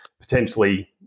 potentially